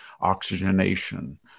oxygenation